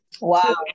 Wow